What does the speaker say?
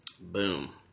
Boom